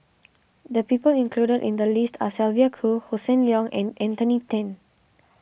the people include in the list are Sylvia Kho Hossan Leong and Anthony then